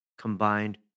combined